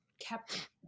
kept